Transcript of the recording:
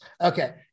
Okay